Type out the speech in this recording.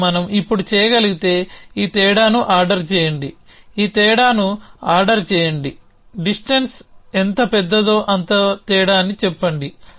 మరియు మనం ఇప్పుడు చేయగలిగితే ఈ తేడాను ఆర్డర్ చేయండి ఈ తేడాను ఆర్డర్ చేయండి డిస్ట్ ఎంత పెద్దదో అంత తేడా అని చెప్పండి